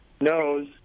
knows